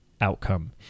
outcome